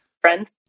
friends